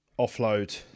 offload